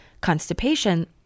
constipation